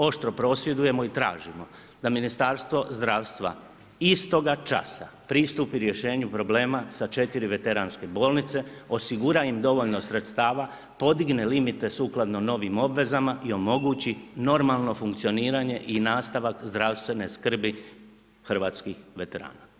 Oštro prosvjedujemo i tražimo da Ministarstvo zdravstva istoga časa pristupi rješenju problema sa četiri veteranske bolnice, osigura ima dovoljno sredstava, podigne limite sukladno novim obvezama i omogući normalno funkcioniranje i nastavak zdravstvene skrbi hrvatskih veterana.